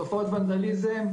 תופעות ונדליזם,